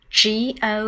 go